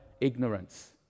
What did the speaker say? ignorance